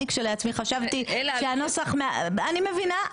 אני כשלעצמי חשבתי שהנוסח --- אלא --- אני מבינה,